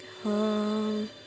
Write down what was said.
home